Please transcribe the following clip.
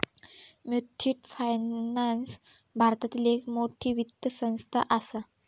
Muthoot finance भारतातली एक मोठी वित्त संस्था आसा